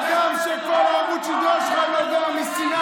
אדם שכל עמוד השדרה שלך נובע משנאה.